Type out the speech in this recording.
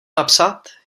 napsat